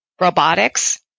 robotics